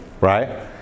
right